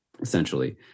essentially